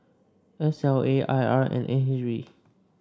S L A I R and N H B